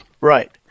Right